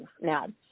now